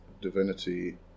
divinity